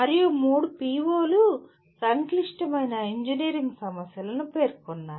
మరియు మూడు PO లు సంక్లిష్టమైన ఇంజనీరింగ్ సమస్యలను పేర్కొన్నాయి